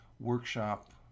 workshop